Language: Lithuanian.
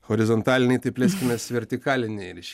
horizontaliniai tai plėskimės vertikaliniai reiš